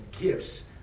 gifts